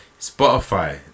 Spotify